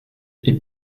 est